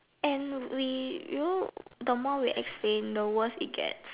and we you know the more we explain the worse it get